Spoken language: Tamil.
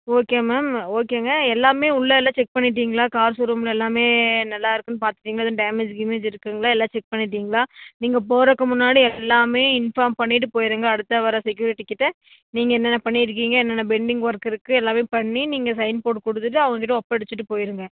ஓகே மேம் ஓகேங்க எல்லாமே உள்ளே எல்லாம் செக் பண்ணிவிட்டிங்களா கார் ஷோ ரூமில் எல்லாமே நல்லாயிருக்குன் பார்த்துட்டிங்கள்ல டேமேஜு கீமேஜு இருக்குதுங்களா எல்லாம் செக் பண்ணிவிட்டிங்களா நீங்கள் போகிறக்கு முன்னாடி எல்லாமே இன்ஃபார்ம் பண்ணிவிட்டு போயிடுங்க அடுத்து வர செக்யூரிட்டிக்கிட்டே நீங்கள் என்னென்ன பண்ணியிருக்கீங்க என்னென்ன பெண்டிங் ஒர்க் இருக்குது எல்லாமே பண்ணி நீங்கள் சைன் போட்டு கொடுத்துட்டு அவங்கக்கிட்ட ஒப்படைச்சிட்டு போயிடுங்க